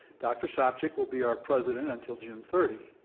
dr. sopcich will be our president until june thirty.